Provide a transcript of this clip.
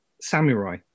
samurai